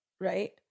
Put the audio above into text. right